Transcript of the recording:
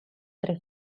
tre